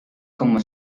como